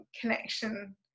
connection